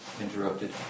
interrupted